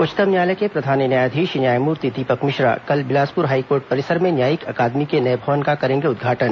उच्चतम न्यायालय के प्रधान न्यायाधीश न्यायमूर्ति दीपक मिश्रा कल बिलासपुर हाईकोर्ट परिसर में न्यायिक अकादमी के नए भवन का करेंगे उद्घाटन